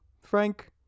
Frank